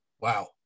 Wow